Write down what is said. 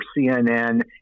CNN